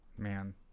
Man